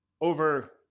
over